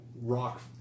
rock